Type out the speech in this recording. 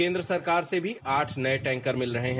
केंद्र सरकार से भी आठ नए टैंकर मिल रहे हैं